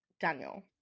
Daniel